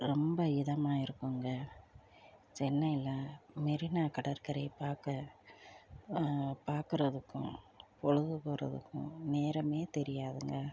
ரொம்ப இதமாக இருக்குங்க சென்னையில் மெரினா கடற்கரையை பார்க்க பார்க்குறதுக்கும் பொழுது போகிறதுக்கும் நேரமே தெரியாதுங்க